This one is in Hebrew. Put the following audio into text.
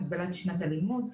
מגבלת שנות הלימוד.